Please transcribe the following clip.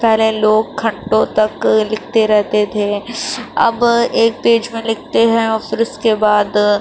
پہلے لوگ گھنٹوں تک لکھتے رہتے تھے اب ایک پیج میں لکھتے ہیں اور پھر اُس کے بعد